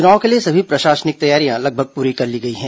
चुनाव के लिए सभी प्रशासनिक तैयारियां लगभग पूरी कर ली गई हैं